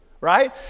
right